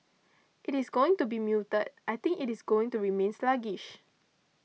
it is going to be muted I think it is going to remain sluggish